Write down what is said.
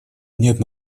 нет